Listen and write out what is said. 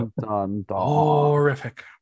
Horrific